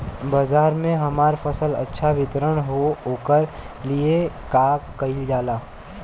बाजार में हमार फसल अच्छा वितरण हो ओकर लिए का कइलजाला?